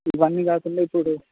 ఇవన్నీ కాకుండా ఇప్పుడు